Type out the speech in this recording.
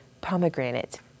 pomegranate